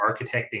architecting